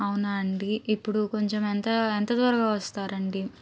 అవునా అండి ఇప్పుడు కొంచెం ఎంత ఎంత దూరంలో వస్తారండి